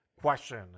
question